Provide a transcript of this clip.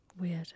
Weird